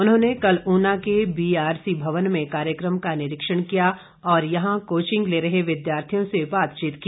उन्होंने कल उना के बीआरसी भवन में कार्यक्रम का निरीक्षण किया और यहां कोचिंग ले रहे विद्यार्थियों से बातचीत की